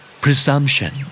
Presumption